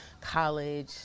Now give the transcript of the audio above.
college